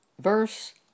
verse